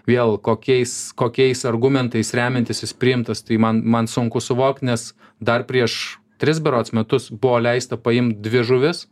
vėl kokiais kokiais argumentais remiantis jis priimtas tai man man sunku suvokt nes dar prieš tris berods metus buvo leista paimt dvi žuvis